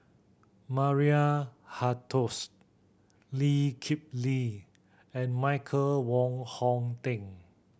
Maria Hertogh Lee Kip Lee and Michael Wong Hong Teng